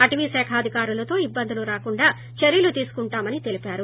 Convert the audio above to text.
అటవీశాఖ అధికారులతో ఇబ్బందులు రాకుండా చర్యలు తీసుకుంటామని తెలిపారు